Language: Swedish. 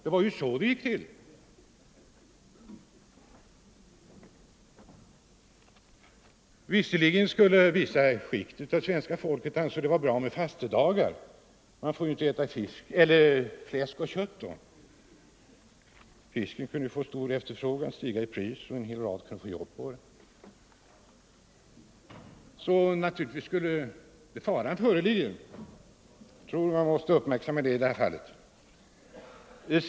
Det var ju så det gick till? Visserligen skulle vissa skikt av svenska folket anse det vara bra med fastedagar, man får ju inte äta fläsk och kött då. Fisken kunde få stor efterfrågan, stiga i pris och ge en hel rad människor jobb. Man måste ändå uppmärksamma den fara som föreligger.